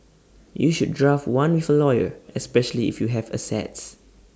you should draft one with A lawyer especially if you have assets